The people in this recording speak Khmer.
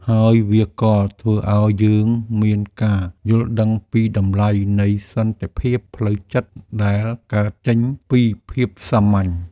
ហើយវាក៏ធ្វើឲ្យយើងមានការយល់ដឹងពីតម្លៃនៃសន្តិភាពផ្លូវចិត្តដែលកើតចេញពីភាពសាមញ្ញ។